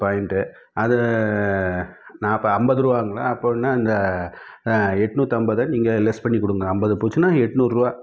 point அது நான் அப்போ ஐம்பது ரூபாங்களா அப்போன்னா அங்கே எட்நூத்தம்பதை நீங்கள் லெஸ் பண்ணிக்கொடுங்க ஐம்பது போச்சுன்னால் எட்நூறுபா